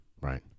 Right